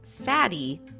fatty